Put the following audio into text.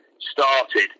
started